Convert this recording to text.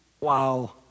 wow